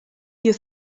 you